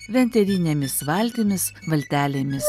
venerinėmis valtimis valtelėmis